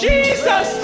Jesus